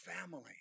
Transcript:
family